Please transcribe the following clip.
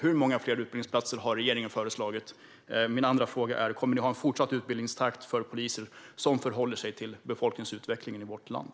Hur många fler utbildningsplatser har regeringen föreslagit? Min andra fråga är: Kommer ni att ha en fortsatt utbildningstakt för poliser som förhåller sig till befolkningsutvecklingen i vårt land?